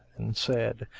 and said,